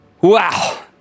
Wow